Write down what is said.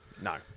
no